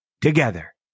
together